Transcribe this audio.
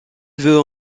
veut